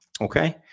Okay